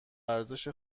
ارزش